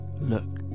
look